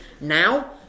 Now